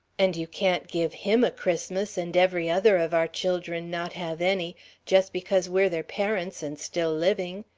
and you can't give him a christmas and every other of our children not have any just because we're their parents and still living.